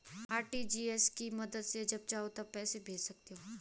RTGS की मदद से तुम जब चाहो तब पैसे भेज सकते हो